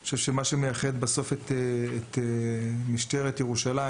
אני חושב שמה שמייחד את משטרת ירושלים,